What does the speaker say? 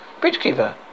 Bridgekeeper